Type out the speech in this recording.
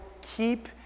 keep